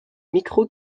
micro